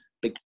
Big